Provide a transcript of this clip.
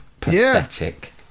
Pathetic